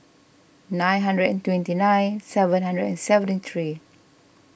nine hundred and twenty nine seven hundred and seventy three